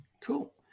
Cool